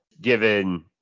given